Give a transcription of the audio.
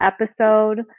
episode